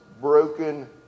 broken